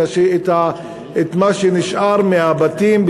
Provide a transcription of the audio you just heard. את מה שנשאר מהבתים,